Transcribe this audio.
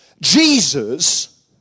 Jesus